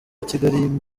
kigali